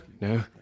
No